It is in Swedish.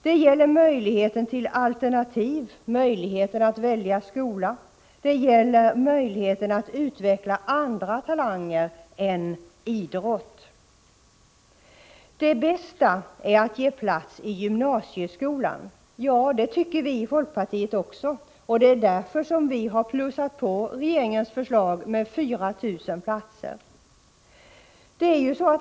Det gäller möjligheten till alternativ, möjligheten att välja skola, möjligheten att utveckla andra talanger än idrott. Det bästa är att ge plats i gymnasieskolan, har det sagts. Ja, det tycker vi i folkpartiet också, och det är därför som vi har plussat på regeringens förslag med 4 000 platser.